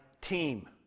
team